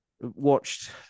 watched